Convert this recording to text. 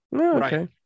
okay